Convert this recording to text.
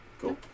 Cool